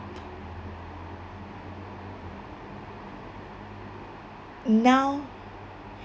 now